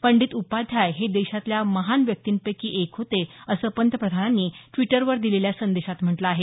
पंडित उपाध्याय हे देशातल्या महान व्यक्तींपैकी एक होते असं पंतप्रधानांनी द्विटवर दिलेल्या संदेशात म्हटल आहे